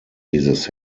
dieses